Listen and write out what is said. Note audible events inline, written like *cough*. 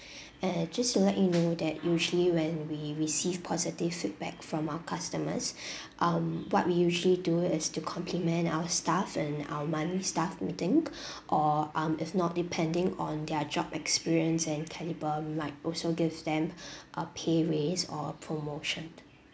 and just to let you know that usually when we receive positive feedback from our customers *breath* um what we usually do is to compliment our staff in our monthly staff meeting *breath* or um if not depending on their job experience and calibre we might also give them *breath* a pay raise or a promotion